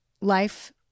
life